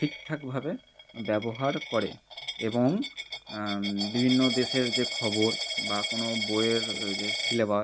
ঠিকঠাকভাবে ব্যবহার করে এবং বিভিন্ন দেশের যে খবর বা কোনও বইয়ের যে সিলেবাস